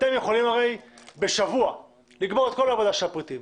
אתם הרי יכולים בשבוע לגמור את כל העבודה של הפריטים,